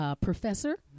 professor